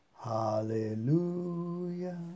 Hallelujah